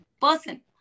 person